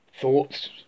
Thoughts